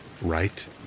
right